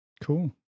cool